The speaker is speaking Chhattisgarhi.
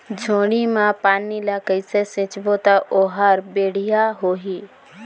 जोणी मा पानी ला कइसे सिंचबो ता ओहार बेडिया होही?